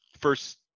first